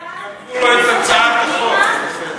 צה"ל הכניס אותם פנימה.